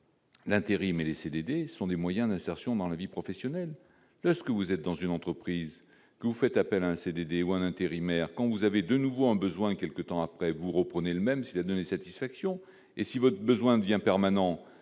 L'intérim et les CDD sont des moyens d'insertion dans la vie professionnelle, lorsque que vous êtes dans une entreprise que vous faites appel un CDD ou intérimaires, quand vous avez de nouveau un besoin quelque temps après, vous reprenez le même s'il a donné satisfaction et si votre besoin devient permanent,